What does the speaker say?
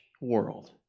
world